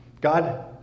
God